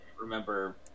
remember